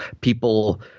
people